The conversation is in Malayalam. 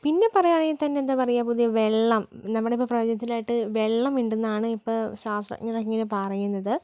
പിന്നെ പറയുവാണെങ്കിൽ തന്നെ എന്താണ് പറയുക പുതിയ വെള്ളം നമ്മുടെ ഇപ്പം പ്രപഞ്ചത്തിലായിട്ട് വെള്ളം ഉണ്ടെന്നാണ് ഇപ്പോൾ ശാസ്ത്രജ്ഞർ ഇങ്ങനെ പറയുന്നത്